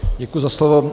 Děkuji za slovo.